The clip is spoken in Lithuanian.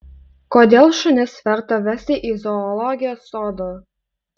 kodėl šunis verta vesti į zoologijos sodą